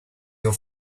your